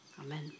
Amen